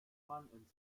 man